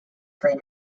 free